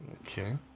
Okay